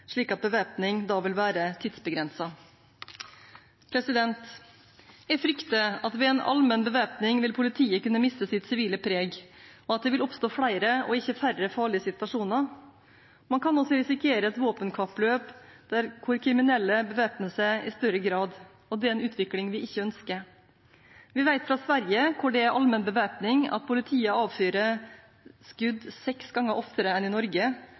slik at bevæpning da vil være tidsbegrenset. Jeg frykter at ved en allmenn bevæpning vil politiet kunne miste sitt sivile preg, og at det vil oppstå flere og ikke færre farlige situasjoner. Man kan også risikere et våpenkappløp hvor kriminelle bevæpner seg i større grad, og det er en utvikling vi ikke ønsker. Vi vet at i Sverige, hvor det er allmenn bevæpning, avfyrer politiet skudd seks ganger oftere enn i Norge,